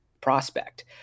prospect